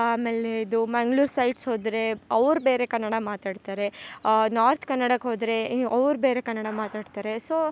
ಆಮೇಲೇ ಇದು ಮಂಗ್ಳೂರು ಸೈಡ್ಸ್ ಹೋದರೆ ಅವ್ರು ಬೇರೆ ಕನ್ನಡ ಮಾತಾಡ್ತಾರೆ ನಾರ್ತ್ ಕನ್ನಡಕ್ಕೆ ಹೋದರೆ ಅವ್ರು ಬೇರೆ ಕನ್ನಡ ಮಾತಾಡ್ತಾರೆ ಸೋ